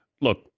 Look